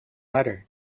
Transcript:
letter